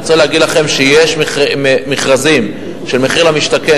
אני רוצה להגיד לכם שיש מכרזים של מחיר למשתכן